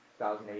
2008